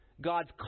God's